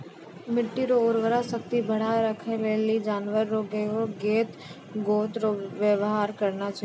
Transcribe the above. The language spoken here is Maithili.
मिट्टी रो उर्वरा शक्ति बढ़ाएं राखै लेली जानवर रो गोबर गोत रो वेवहार करना चाहियो